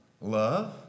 love